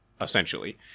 essentially